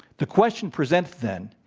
the question presented, then,